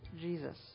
Jesus